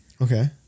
Okay